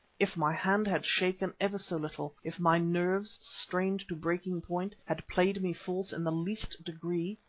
if my hand had shaken ever so little, if my nerves, strained to breaking point, had played me false in the least degree,